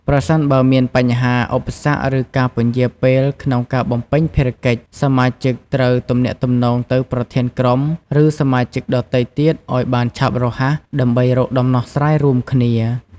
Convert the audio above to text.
ប្រសិនបើមានបញ្ហា ឧបសគ្គ ឬការពន្យារពេលក្នុងការបំពេញភារកិច្ច សមាជិកត្រូវទំនាក់ទំនងទៅប្រធានក្រុម ឬសមាជិកដទៃទៀតឱ្យបានឆាប់រហ័ស ដើម្បីរកដំណោះស្រាយរួមគ្នា។